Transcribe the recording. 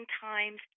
times